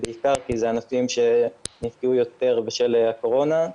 בעיקר כי אלה ענפים שנפגעו יותר בשל הקורונה.